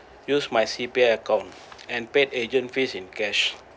use my C_P_F com and paid agent fees in cash